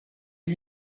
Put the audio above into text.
are